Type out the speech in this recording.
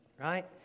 Right